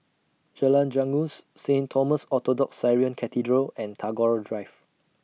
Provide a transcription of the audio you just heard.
Jalan Janggus Saint Thomas Orthodox Syrian Cathedral and Tagore Drive